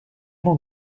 mon